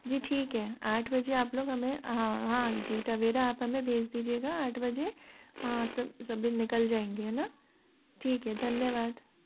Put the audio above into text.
जी ठीक है आठ बजे आप लोग हमें हाँ हाँ जी टवेरा आप हमें भेज दीजिएगा आठ बजे हाँ सब सभी निकल जाएंगे है ना ठीक है धन्यवाद